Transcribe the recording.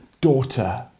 Daughter